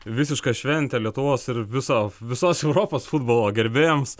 visiška šventė lietuvos ir viso visos europos futbolo gerbėjams